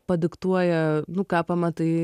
padiktuoja nu ką pamatai